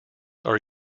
are